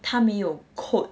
她没有 quote